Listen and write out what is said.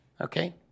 Okay